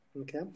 okay